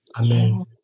Amen